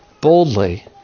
boldly